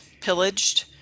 pillaged